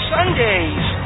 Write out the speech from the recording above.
Sundays